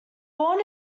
born